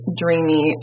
dreamy